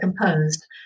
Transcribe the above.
composed